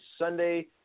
sunday